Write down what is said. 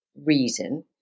reason